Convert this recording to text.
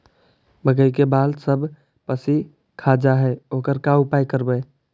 मकइ के बाल सब पशी खा जा है ओकर का उपाय करबै?